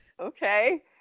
Okay